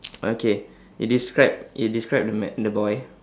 okay you describe you describe the ma~ the boy